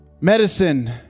medicine